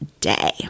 day